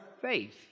faith